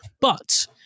but-